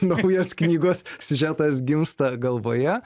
naujas knygos siužetas gimsta galvoje